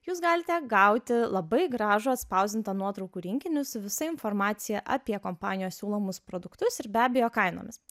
jūs galite gauti labai gražų atspausdintą nuotraukų rinkinį su visa informacija apie kompanijos siūlomus produktus ir be abejo kainomis